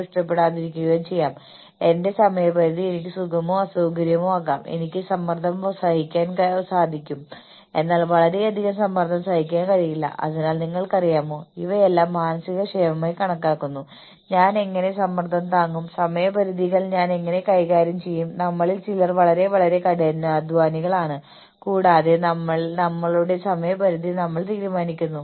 ഒരു senior executive ദീർഘകാലത്തേക്ക് ഒരു സ്ഥാനത്ത് തുടരാൻ സാധ്യതയുണ്ടെന്ന് നിങ്ങൾക്കറിയാമെങ്കിൽ പദ്ധതികൾ ഫലപ്രാപ്തിയിലെത്തുന്നത് കാണുകയും ആ പദ്ധതികൾ വിലയിരുത്തുകയും ഓർഗനൈസേഷന്റെ തന്ത്രപരമായ ലക്ഷ്യങ്ങൾ എങ്ങനെയെങ്കിലും നേടുന്നതിനായി അവ കൂടുതൽ വികസിപ്പിക്കുകയും ചെയ്യുന്നു